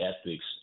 ethics